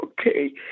okay